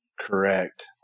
correct